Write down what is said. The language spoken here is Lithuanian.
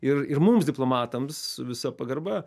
ir ir mums diplomatams visa pagarba